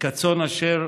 כצאן אשר